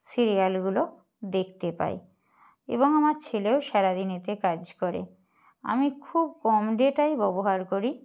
সিরিয়ালগুলো দেখতে পাই এবং আমার ছেলেও সারাদিন এতে কাজ করে আমি খুব কম ডেটাই ব্যবহার করি